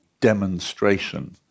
demonstration